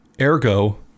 Ergo